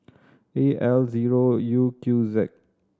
A L zero U Q Z